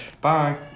Bye